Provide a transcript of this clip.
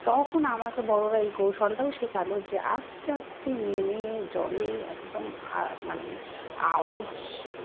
তখন আমাকে বড়রা এই কৌশলটাও শেখালো যে আস্তে আস্তে নেমে জলে একদম মানে আওয়াজ